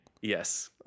Yes